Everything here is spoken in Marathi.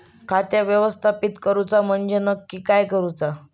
खाता व्यवस्थापित करूचा म्हणजे नक्की काय करूचा?